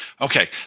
Okay